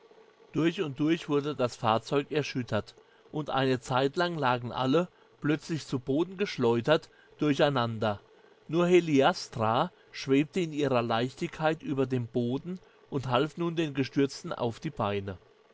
durch und durch wurde das fahrzeug erschüttert und eine zeitlang lagen alle plötzlich zu boden geschleudert durcheinander nur heliastra schwebte in ihrer leichtigkeit über dem boden und half nun den gestürzten auf die beine